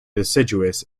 deciduous